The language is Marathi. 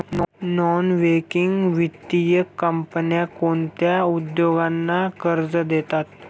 नॉन बँकिंग वित्तीय कंपन्या कोणत्या उद्योगांना कर्ज देतात?